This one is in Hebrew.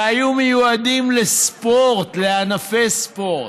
שהיו מיועדים לספורט, לענפי ספורט,